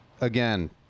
again